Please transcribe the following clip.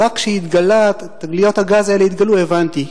ורק כשתגליות הגז האלה התגלו הבנתי.